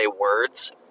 words